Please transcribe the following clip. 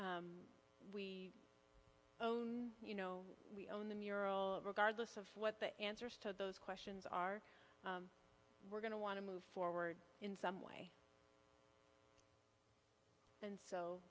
whether own you know we own the mural regardless of what the answers to those questions are we're going to want to move forward in some way and so